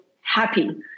happy